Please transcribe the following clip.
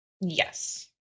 Yes